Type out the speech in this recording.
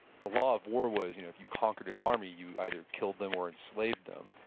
the law of war was you know if you conquered an army you either killed them or enslaved them.